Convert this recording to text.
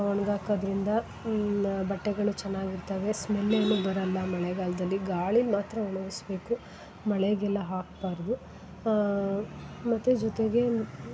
ಒಣ್ಗಾಕೋದರಿಂದ ಬಟ್ಟೆಗಳು ಚೆನ್ನಾಗಿರ್ತವೆ ಸ್ಮೆಲ್ ಏನು ಬರಲ್ಲ ಮಳೆಗಾಲದಲ್ಲಿ ಗಾಳಿಗೆ ಮಾತ್ರ ಒಣಗಿಸಬೇಕು ಮಳೆಗೆಲ್ಲ ಹಾಕ್ಬಾರದು ಮತ್ತು ಜೊತೆಗೆ